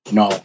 no